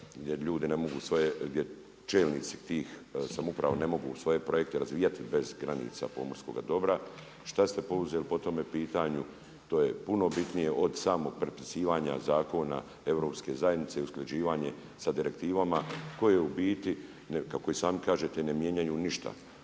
gdje čelnici tih samouprava ne mogu svoje projekte razvijati bez granica pomorskog dobra. Šta ste poduzeli po tom pitanju? To je puno bitnije od samoga prepisivanja Zakona Europske zajednice i usklađivanje sa direktivama koje u biti kako i sami kažete ne mijenjaju ništa